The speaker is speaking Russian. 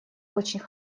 очень